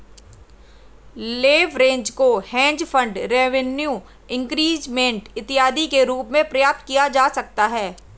leverage को hedge fund revenue increment इत्यादि के रूप में प्राप्त किया जा सकता है